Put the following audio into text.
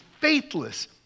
faithless